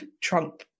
Trump